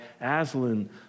Aslan